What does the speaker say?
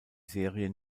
serie